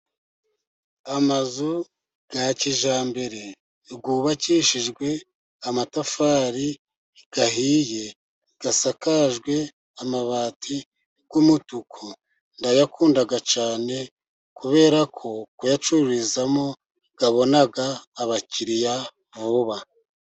Amazu ya kijyambere yubakishijwe amatafari ahiye, asakajwe amabati y'umutuku, ndayakunda cyane, kubera ko kuyacururizamo abona abakiriya vuba.